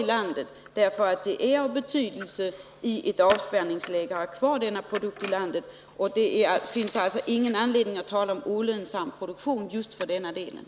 I ett avspärrningsläge är det dock av betydelse att ha kvar denna produktion. Det finns alltså ingen anledning att tala om olönsam produktion när det gäller den här delen.